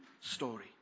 story